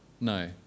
No